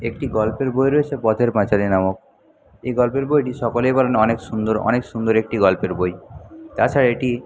একটি গল্পের বই রয়েছে পথের পাঁচালি নামক এই গল্পের বইটি সকলেই বলেন অনেক সুন্দর অনেক সুন্দর একটি গল্পের বই তাছাড়া এটি